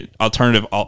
alternative